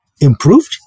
improved